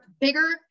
bigger